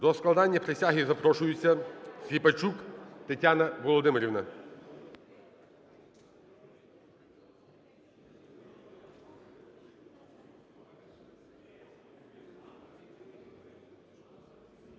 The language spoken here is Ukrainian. До складання присяги запрошується Сліпачук Тетяна Володимирівна.